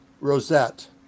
rosette